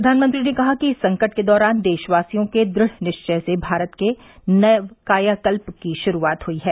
प्रधानमंत्री ने कहा कि इस संकट के दौरान देशवासियों के दुढ़ निश्चय से भारत के नव कायाकल्प की शुरूआत हुई है